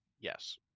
Yes